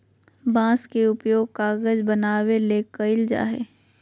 बांस के उपयोग कागज बनावे ले कइल जाय हइ